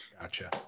Gotcha